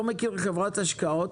אבל אני לא מכיר חברת השקעות